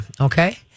Okay